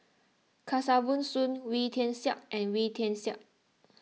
Kesavan Soon Wee Tian Siak and Wee Tian Siak